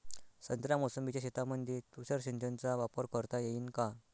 संत्रा मोसंबीच्या शेतामंदी तुषार सिंचनचा वापर करता येईन का?